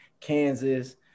Kansas –